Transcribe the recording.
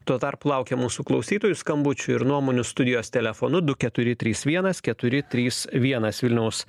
tuo tarpu laukiam mūsų klausytojų skambučių ir nuomonių studijos telefonu du keturi trys vienas keturi trys vienas vilniaus